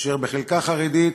אשר חלקה חרדית,